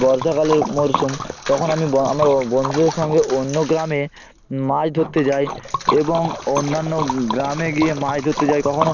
বর্ষাকালের মরসুম তখন আমি ব আমার বন্ধুদের সঙ্গে অন্য গ্রামে মাছ ধরতে যাই এবং অন্যান্য গ্রামে গিয়ে মাছ ধরতে যাই কখনো